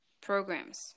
programs